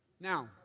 Now